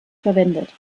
verwendet